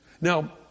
Now